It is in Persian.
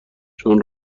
چون